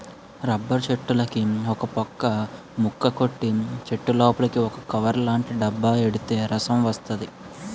rubber చెట్టులుకి ఒకపక్క ముక్క కొట్టి చెట్టులోపలికి ఒక కవర్లాటి డబ్బా ఎడితే రసం వస్తది